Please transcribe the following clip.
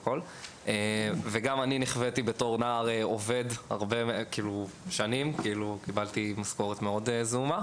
וגם אני נכוויתי בתוך נער עובד וקיבלתי משכורת זעומה.